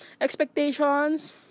expectations